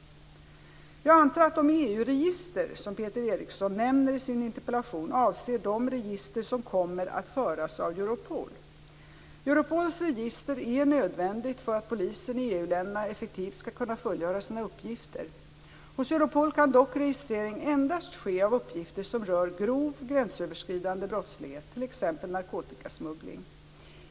Jag antar att de EU-register som Peter Eriksson nämner i sin interpellation avser de register som kommer att föras av Europol. Europols register är nödvändigt för att polisen i EU-länderna effektivt skall kunna fullgöra sina uppgifter. Hos Europol kan dock registrering endast ske av uppgifter som rör grov gränsöverskridande brottslighet, t.ex. narkotikasmuggling.